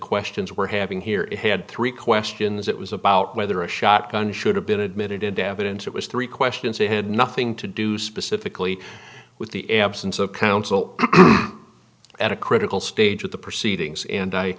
questions we're having here it had three questions it was about whether a shotgun should have been admitted into evidence it was three questions it had nothing to do specifically with the absence of counsel at a critical stage of the proceedings and i